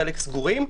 חלק סגורים,